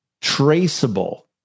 traceable